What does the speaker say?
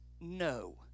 no